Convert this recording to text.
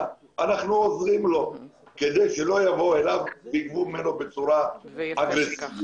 מקבל מאיתנו סיוע על מנת שלא יגבו ממנו בצורה אגרסיבית.